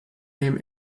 him